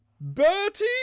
bertie